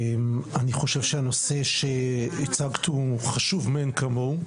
אני חושב שהנושא שהצגת הוא חשוב מאין כמוהו,